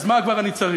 אז מה כבר אני צריך?